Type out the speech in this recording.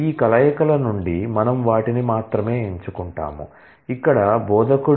ఈ కలయికల నుండి మనం వాటిని మాత్రమే ఎంచుకుంటాము ఇక్కడ బోధకుడు